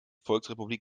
volksrepublik